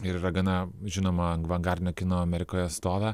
ir yra gana žinoma avangardinio kino amerikoje atstovė